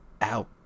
out